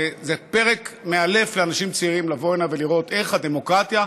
זה פרק מאלף לאנשים צעירים לבוא הנה ולראות איך הדמוקרטיה,